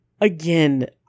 again